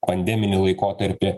pandeminį laikotarpį